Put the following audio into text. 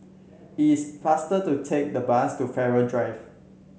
it's faster to take the bus to Farrer Drive